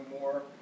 more